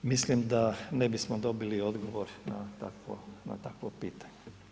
Mislim da ne bismo dobili odgovor na takvo pitanje.